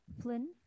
Flynn